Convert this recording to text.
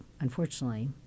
unfortunately